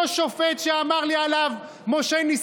אותו שופט שמשה ניסים